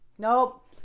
Nope